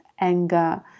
anger